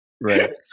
Right